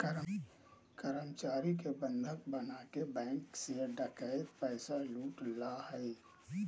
कर्मचारी के बंधक बनाके बैंक से डकैत पैसा लूट ला हइ